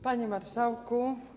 Panie Marszałku!